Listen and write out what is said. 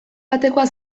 batekoa